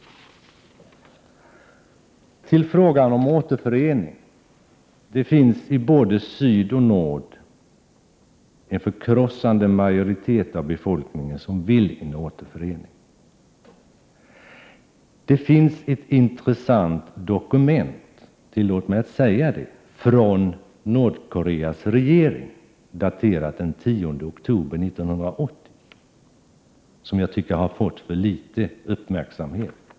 Så till frågan om en återförening. I både Sydoch Nordkorea vill en förkrossande majoritet av befolkningen ha en återförening. Det finns ett intressant dokument — tillåt mig att säga det — från Nordkoreas regering daterat den 10 oktober 1980, som jag tycker har fått för litet uppmärksamhet.